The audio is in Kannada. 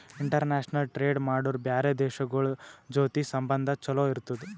ಇಂಟರ್ನ್ಯಾಷನಲ್ ಟ್ರೇಡ್ ಮಾಡುರ್ ಬ್ಯಾರೆ ದೇಶಗೋಳ್ ಜೊತಿ ಸಂಬಂಧ ಛಲೋ ಇರ್ತುದ್